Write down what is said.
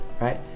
right